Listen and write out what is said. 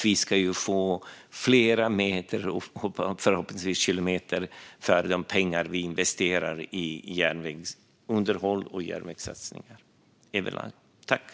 Vi ska ju få fler meter och förhoppningsvis fler kilometer för de pengar vi investerar i järnvägsunderhåll och i järnvägssatsningar överlag.